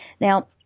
Now